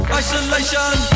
isolation